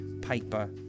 paper